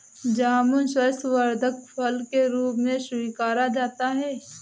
जामुन स्वास्थ्यवर्धक फल के रूप में स्वीकारा जाता है